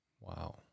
Wow